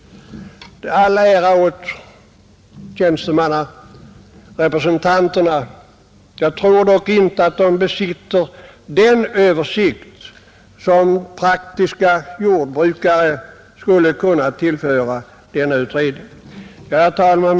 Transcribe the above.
All ära åt tjänstemannarepresentanterna, men jag tror inte att de har den förmåga till översikt som praktiska jordbrukare kan bidra med i den utredningen. Herr talman!